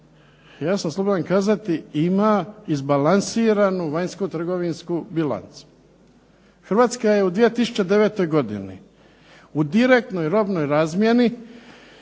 ja sam slobodan kazati, ima izbalansiranu vanjskotrgovinsku bilancu. Hrvatska je u 2009. godini u direktnoj robnoj razmjeni